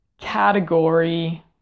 category